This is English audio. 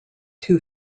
two